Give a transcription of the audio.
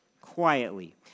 quietly